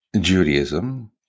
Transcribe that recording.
Judaism